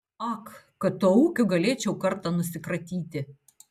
ak kad tuo ūkiu galėčiau kartą nusikratyti